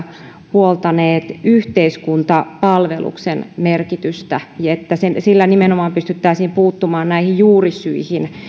puoltaneet yhteiskuntapalveluksen merkitystä että sillä nimenomaan pystyttäisiin puuttumaan näihin juurisyihin niin